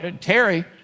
Terry